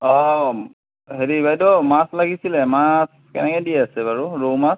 অঁ হেৰি বাইদেউ মাছ লাগিছিলে মাছ কেনেকে দি আছে বাৰু ৰৌ মাছ